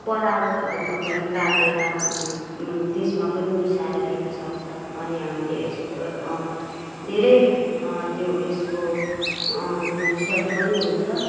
परालहरूमा पनि काटेर अनि त्यसमा पनि मिसाएर दिन सक्छ अनि हामीले यस्तो धेरै त्यो ऊ यसको भुसहरू पनि हुन्छ